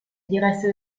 diresse